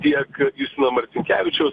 tiek nuo marcinkevičiaus